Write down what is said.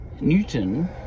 Newton